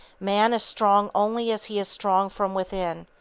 man is strong only as he is strong from within,